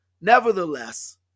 Nevertheless